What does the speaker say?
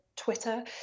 twitter